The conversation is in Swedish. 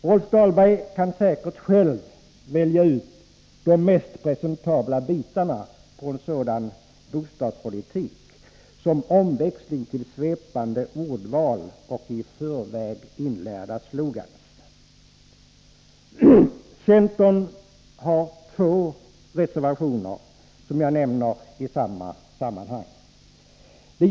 Rolf Dahlberg kan säkert själv välja ut de mest presentabla bitarna av en sådan bostadspolitik, som omväxling till svepande ordval och i förväg inlärda slogan. Centern har två reservationer som jag nämner i samma sammanhang.